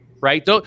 right